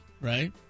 Right